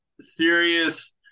serious